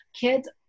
kids